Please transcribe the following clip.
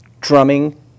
drumming